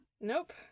Nope